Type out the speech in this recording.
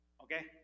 Okay